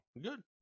good